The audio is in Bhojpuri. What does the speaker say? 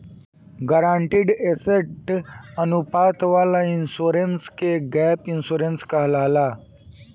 गारंटीड एसेट अनुपात वाला इंश्योरेंस के गैप इंश्योरेंस कहाला